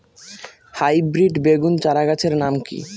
Hybrid বেগুন চারাগাছের নাম কি?